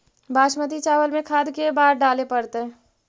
बासमती चावल में खाद के बार डाले पड़तै?